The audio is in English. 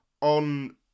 on